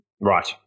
Right